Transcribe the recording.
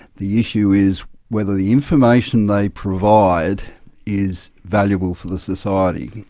the issue is whether the information they provide is valuable for the society.